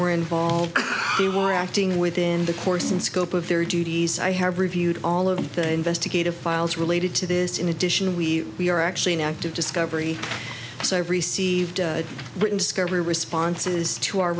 were involved who were acting within the course and scope of their duties i have reviewed all of the investigative files related to this in addition we we are actually in active discovery so i have received written discovery responses to our